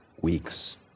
weeks